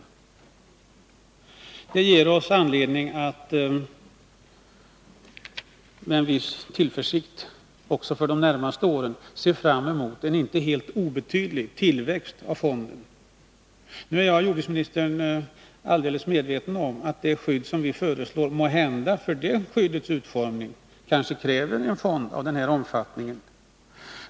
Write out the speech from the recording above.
Detta ger oss anledning att med en viss tillförsikt också för de närmaste åren se fram mot en inte helt Nr 107 obetydlig tillväxt av fonden. Jag är, jordbruksministern, alldeles medveten Torsdagen den om att det måhända, med den utformning av skördeskadeskyddet som vi 25 mars 1982 föreslår, krävs en fond av den här omfattningen.